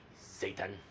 Satan